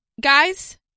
guys